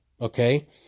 okay